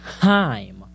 time